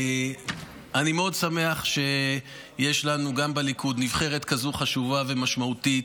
אני מאוד שמח שיש לנו גם בליכוד נבחרת כזו חשובה ומשמעותית,